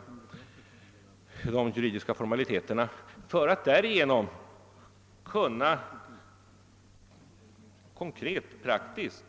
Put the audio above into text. Det gäller vissa juridiska formaliteter och och praktiska, triviala förberedelser som måste klaras av för att vi i sådana här fall konkret och praktiskt